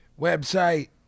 Website